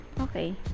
okay